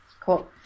Cool